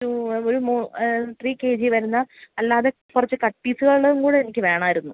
ഒരു ഒരു three K G വരുന്ന അല്ലാതെ കുറച്ചു കട്ട്പീസുകളും കൂടെ എനിക്ക് വേണമായിരുന്നു